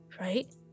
Right